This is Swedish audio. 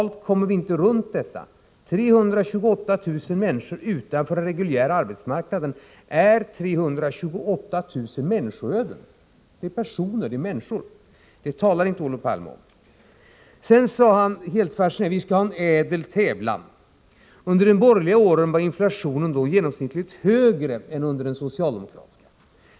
Vi kommer inte runt detta: 328 000 människor utanför den reguljära arbetsmarknaden är 328 000 människoöden — det är fråga om människor. Det talar alltså inte Olof Palme om. Sedan sade han att vi skall ha en ädel tävlan. Under de borgerliga åren var inflationen genomsnittligt högre än under de socialdemokratiska.